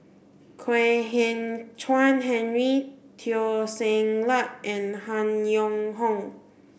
Kwek Hian Chuan Henry Teo Ser Luck and Han Yong Hong